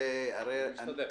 אני משתדל.